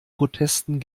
protesten